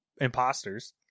Imposters